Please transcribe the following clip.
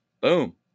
boom